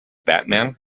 batman